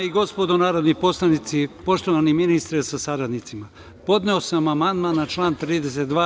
Dame i gospodo narodni poslanici, poštovani ministre sa saradnicima, podneo sam amandman na član 32.